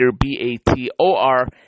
B-A-T-O-R